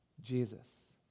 Jesus